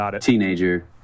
teenager